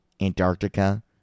Antarctica